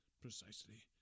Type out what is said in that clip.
Precisely